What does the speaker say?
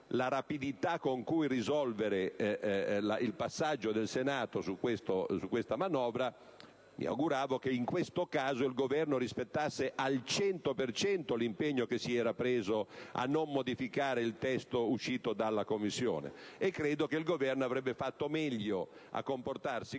la rapidità con cui affrontare il passaggio del Senato su questa manovra, mi auguravo che in questo caso il Governo rispettasse al 100 per cento l'impegno che si era preso a non modificare il testo uscito dalla Commissione. Credo che il Governo avrebbe fatto meglio a comportarsi così,